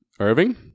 Irving